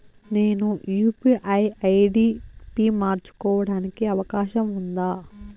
నేను UPI ID పి మార్చుకోవడానికి అవకాశం ఉందా?